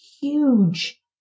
huge